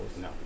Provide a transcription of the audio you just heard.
no